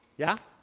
yeah.